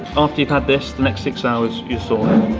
after you've had this, the next six hours you're soaring.